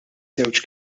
żewġ